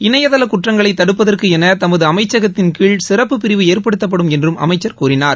இணையதள குற்றங்களை தடுப்பதற்கென தமது அமைச்சகத்தின் கீழ் சிறப்பு பிரிவு ஏற்படுத்தப்படும் என்றும் அமைச்சர் கூறினார்